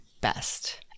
best